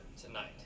tonight